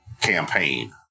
campaign